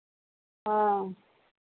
हाँ